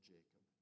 Jacob